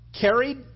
carried